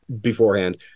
beforehand